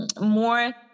more